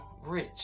rich